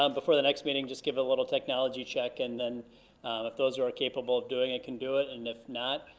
um before the next meeting, just give a little technology check, and then if those who are ah capable of doing it can do it, and if not,